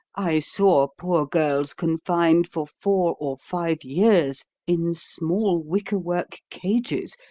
i saw poor girls confined for four or five years in small wickerwork cages,